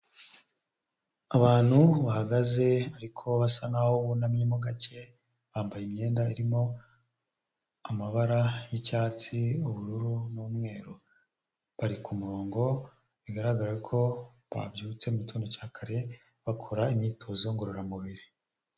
Abantu bahagaze ariko basa nkaho bunamyemo gake, bambaye imyenda irimo amabara y'icyatsi, ubururu, n'umweru bari kumurongo bigaragara ko babyutse mugitondo cya kare bakora imyitozo ngororamubiri.